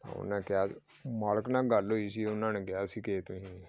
ਉਨ੍ਹਾਂ ਕਿਹਾ ਮਾਲਕ ਨਾਲ ਗੱਲ ਹੋਈ ਸੀ ਉਨ੍ਹਾਂ ਨੇ ਕਿਹਾ ਸੀ ਕਿ ਤੁਸੀਂ